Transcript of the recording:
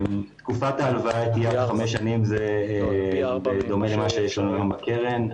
תקופת הלוואה תהיה עד חמש שנים בדומה למה שיש לנו היום בקרן.